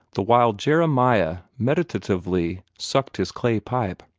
the while jeremiah meditatively sucked his clay pipe.